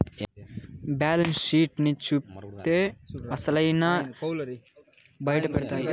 balance sheet ని చూత్తే అసలైన ఇసయాలు బయటపడతాయి